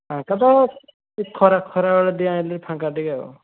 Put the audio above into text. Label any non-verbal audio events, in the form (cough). ଫାଙ୍କା ତ ଖରା ଖରା ବେଳେ ଟିକିଏ (unintelligible) ଫାଙ୍କ ଟିକିଏ ଆଉ